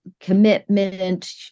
commitment